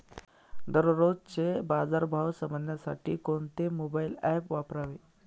दररोजचे बाजार भाव समजण्यासाठी कोणते मोबाईल ॲप वापरावे?